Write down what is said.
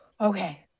okay